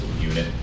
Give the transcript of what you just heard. unit